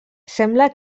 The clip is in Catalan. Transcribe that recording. sembla